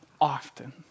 often